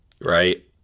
Right